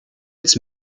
its